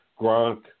Gronk